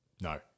no